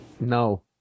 No